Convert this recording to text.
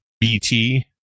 BT